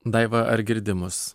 daiva ar girdi mus